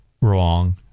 Wrong